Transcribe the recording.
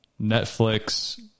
Netflix